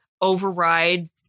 override